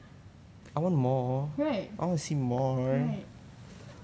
right right